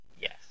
Yes